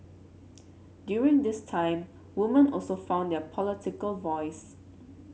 during this time woman also found their political voice